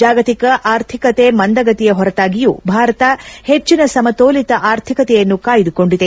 ಜಾಗತಿಕ ಆರ್ಥಿಕತೆ ಮಂದಗತಿಯ ಪೊರತಾಗಿಯೂ ಭಾರತ ಪೆಜ್ಜಿನ ಸಮತೋಲಿತ ಆರ್ಥಿಕತೆಯನ್ನು ಕಾಯ್ದುಕೊಂಡಿದೆ